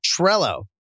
Trello